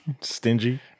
Stingy